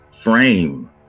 frame